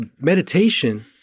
Meditation